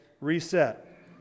reset